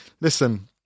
listen